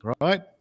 right